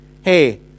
hey